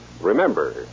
remember